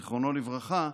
זיכרונו לברכה,